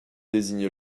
désigne